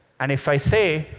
and if i say,